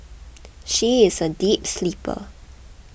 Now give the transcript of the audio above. she is a deep sleeper